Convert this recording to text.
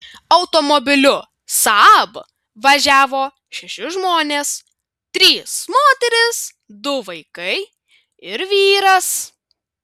automobiliu saab važiavo šeši žmonės trys moterys du vaikai ir vyras